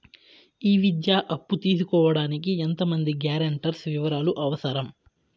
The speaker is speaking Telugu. ఈ విద్యా అప్పు తీసుకోడానికి ఎంత మంది గ్యారంటర్స్ వివరాలు అవసరం?